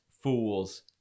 fools